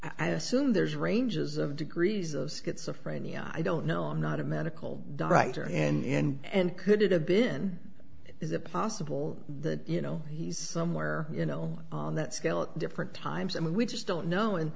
i assume there's ranges of degrees of schizophrenia i don't know i'm not a medical doctor and could it have been is it possible that you know he's somewhere you know on that scale at different times i mean we just don't know and